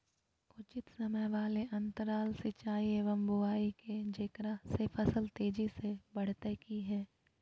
उचित समय वाले अंतराल सिंचाई एवं बुआई के जेकरा से फसल तेजी से बढ़तै कि हेय?